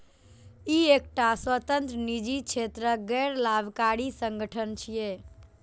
ई एकटा स्वतंत्र, निजी क्षेत्रक गैर लाभकारी संगठन छियै